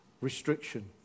restriction